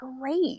great